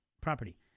property